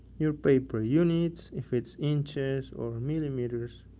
your paper units if it's inches or millimeters.